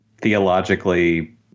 theologically